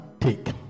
take